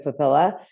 papilla